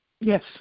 Yes